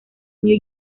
new